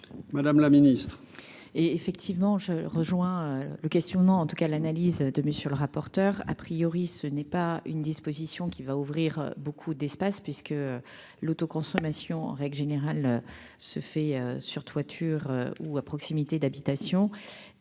Madame la Ministre. Et effectivement, je rejoins le question non, en tout cas l'analyse de monsieur le rapporteur, a priori, ce n'est pas une disposition qui va ouvrir beaucoup d'espace, puisque l'autoconsommation en règle générale, se fait sur toiture ou à proximité d'habitations,